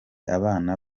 abana